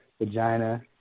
vagina